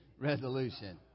resolution